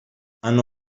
hanno